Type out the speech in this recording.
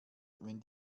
wenn